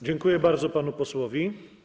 Dziękuję bardzo panu posłowi.